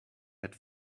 had